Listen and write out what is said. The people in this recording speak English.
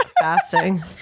fasting